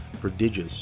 prodigious